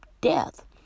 death